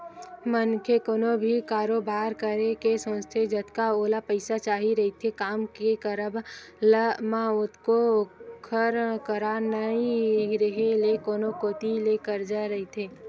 मनखे कोनो भी कारोबार करे के सोचथे जतका ओला पइसा चाही रहिथे काम के करब म ओतका ओखर करा नइ रेहे ले कोनो कोती ले करजा करथे